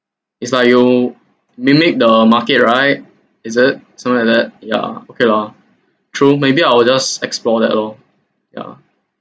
it's like you mimic the market right is it something like that ya okay lah true maybe I will just explore that lor yeah